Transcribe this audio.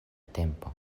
tempo